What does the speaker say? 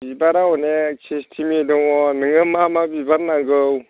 बिबारआ अनेक सिस्टेमनि दङ नोङो मा मा बिबार नांगौ